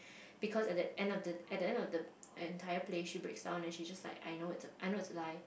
because at that end of the at the end of the entire play she breaks down and she just like I know it's a I know it's a lie